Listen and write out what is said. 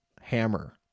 Hammer